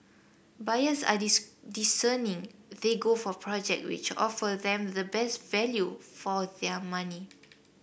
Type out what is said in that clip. buyers are discerning they go for project which offer them the best value for their money